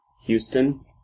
Houston